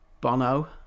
Bono